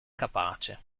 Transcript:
capace